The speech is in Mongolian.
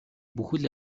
бүхэл